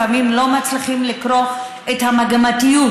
לפעמים לא מצליחים לקרוא את המגמתיות